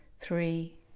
three